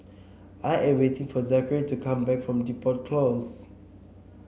I am waiting for Zachery to come back from Depot Close